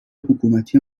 حکومتی